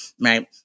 Right